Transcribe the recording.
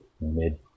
mid